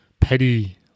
petty